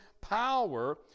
power